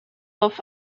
off